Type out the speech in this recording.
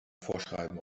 vorschreiben